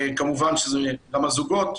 וכמובן גם הזוגות,